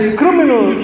criminal